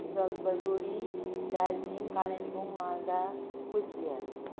Jalpaiguri Darjeeling Kalimpong Malda Cooch Behar